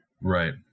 Right